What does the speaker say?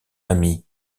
ami